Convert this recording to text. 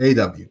aw